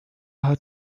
hat